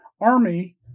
Army